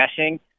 meshing